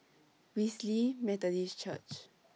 Wesley Methodist Church